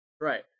Right